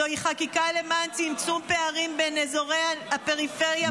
זוהי חקיקה למען צמצום פערים בין אזורי הפריפריה למרכז.